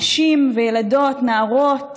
נשים וילדות, נערות,